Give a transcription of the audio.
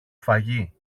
φαγί